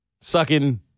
sucking